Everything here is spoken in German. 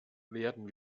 werden